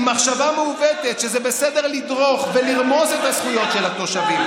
עם מחשבה מעוותת שזה בסדר לדרוך ולרמוס את הזכויות של התושבים?